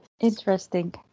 Interesting